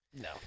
No